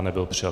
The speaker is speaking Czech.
Nebyl přijat.